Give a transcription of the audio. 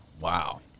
Wow